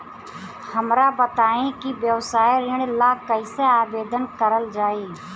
हमरा बताई कि व्यवसाय ऋण ला कइसे आवेदन करल जाई?